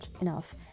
enough